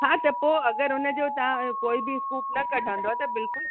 हा त पोइ अगरि हुनजो तव्हां कोई बि स्कूप न कढंदव त बिल्कुलु